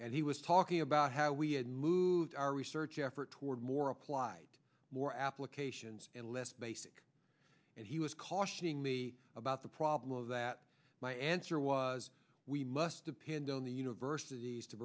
and he was talking about how we have moved our research effort toward more applied more applications and less basic and he was cautioning me about the problem that my answer was we must depend on the universities to